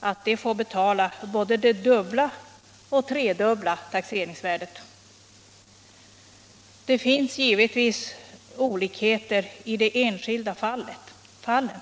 att de får betala både det dubbla och tredubbla taxeringsvärdet. Det finns givetvis variationer i de enskilda fallen.